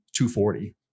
240